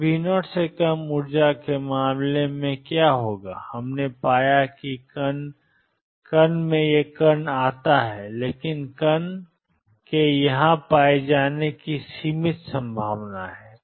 अब V0 से कम ऊर्जा के मामले में क्या होगा हमने पाया कि कण कण में आता है लेकिन कण के यहां पाए जाने की एक सीमित संभावना है